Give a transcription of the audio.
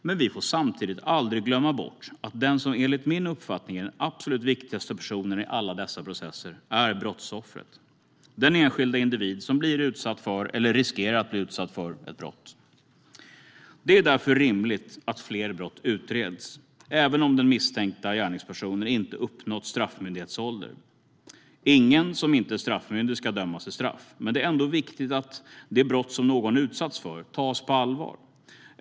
Men vi får samtidigt aldrig glömma bort att den som, enligt min uppfattning, är den viktigaste personen i alla dessa processer är brottsoffret, alltså den enskilda individ som blir utsatt för eller riskerar att bli utsatt för ett brott. Det är därför rimligt att fler brott utreds, även om den misstänkta gärningspersonen inte uppnått straffmyndighetsålder. Ingen som inte är straffmyndig ska dömas till straff, men det är ändå viktigt att det brott som någon utsatts för tas på allvar.